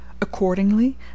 Accordingly